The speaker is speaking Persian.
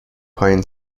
پایین